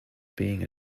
being